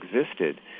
existed